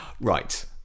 Right